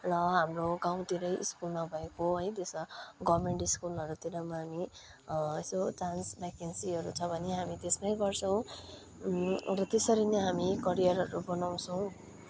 र हाम्रो गाउँतिर स्कुलमा भएको है त्यस गभर्मेन्ट स्कुलहरूतिरमा पनि यसो चान्स भेकेन्सीहरू छ भने हामी त्यसमै गर्छौँ अब त्यसरी नै हामी करियरहरू बनाउँछौँ